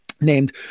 named